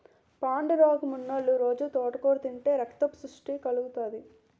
పాండురోగమున్నోలు రొజూ తోటకూర తింతే రక్తపుష్టి కలుగుతాది